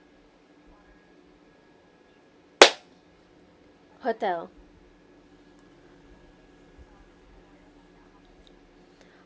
hotel